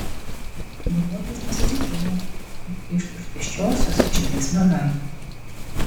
vairuotojas nesitikėjo kad iš už pėsčiosios išbėgs mergaitė